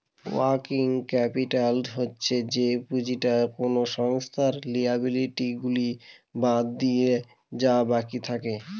working capital হচ্ছে যে পুঁজিটা কোনো সংস্থার লিয়াবিলিটি গুলা বাদ দিলে যা বাকি থাকে